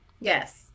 Yes